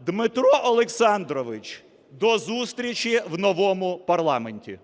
Дмитро Олександрович, до зустрічі в новому парламенті.